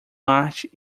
marte